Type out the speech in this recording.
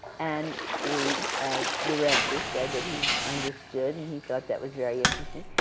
and the director said that he understood, and he thought that was very interesting,